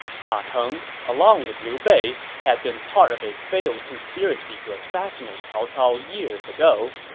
ma teng, along with liu bei, had been part of a failed conspiracy to assassinate cao cao years ago,